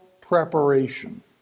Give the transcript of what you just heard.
preparation